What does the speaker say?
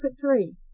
three